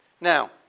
Now